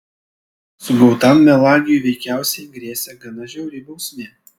sugautam melagiui veikiausiai grėsė gana žiauri bausmė